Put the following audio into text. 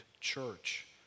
church